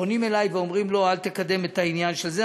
פונים אלי ואומרים: לא, אל תקדם את העניין זה.